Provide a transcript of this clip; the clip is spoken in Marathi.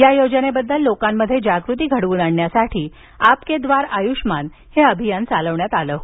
या योजनेबद्दल लोकांमध्ये जागृती घडवून आणण्यासाठी आपके द्वार आयुष्मान हे अभियान चालविण्यात आलं होतं